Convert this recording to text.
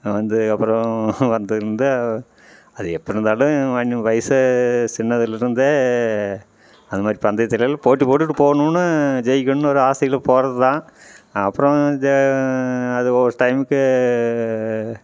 வந்து அப்புறம் வந்ததிலேருந்தே அது எப்படி இருந்தாலும் வன் வயது சின்னதில் இருந்தே அது மாதிரி பந்தயத்தில் போட்டி போட்டுகிட்டு போகணுன்னு ஜெயிக்கணுன்னு ஒரு ஆசையில் போவது தான் அப்புறம் தே அது ஒரு டைமுக்கு